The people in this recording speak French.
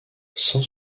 sans